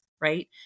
right